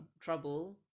trouble